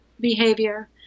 behavior